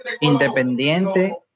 independiente